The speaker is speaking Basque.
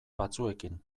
batzuekin